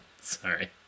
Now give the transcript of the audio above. Sorry